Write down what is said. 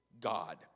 God